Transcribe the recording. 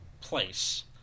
place